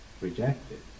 rejected